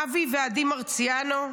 אבי ועדי מרציאנו,